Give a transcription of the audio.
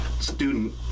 student